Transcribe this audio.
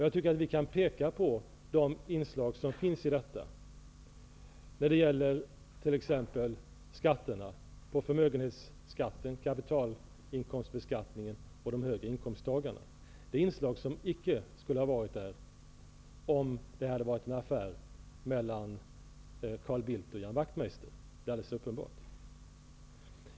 Jag tycker att vi kan peka på de inslag som finns i detta när det gäller t.ex. skatterna, förmögenhetsskatten och kapitalinkomstbeskattningen på de högre inkomsttagarna. Det är inslag som icke skulle ha varit där om det hade varit en affär mellan Carl Bildt och Ian Wachtmeister. Det är alldeles uppenbart.